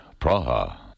Praha